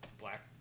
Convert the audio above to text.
Black